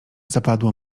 zapadło